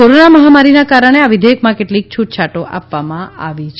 corona મહામારીના કારણે આ વિધેયકમાં કેટલીક છુટછાટો આપવામાં આવી છે